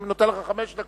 אני נותן לך חמש דקות.